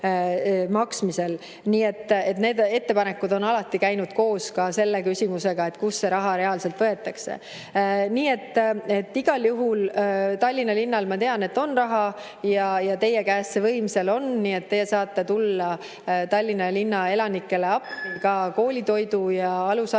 Nii et need ettepanekud on alati käinud koos selle küsimusega, kust see raha reaalselt võetakse. Igal juhul Tallinna linnal, ma tean, on raha. Teie käes see võim seal on, nii et te saate tulla Tallinna linna elanikele appi ka koolitoidu ja alushariduse